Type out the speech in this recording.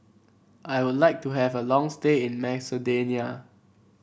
I would like to have a long stay in Macedonia